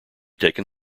taken